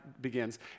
begins